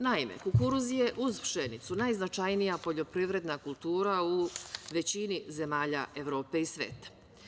Naime, kukuruz je uz pšenicu najznačajnija poljoprivredna kultura u većini zemalja Evrope i sveta.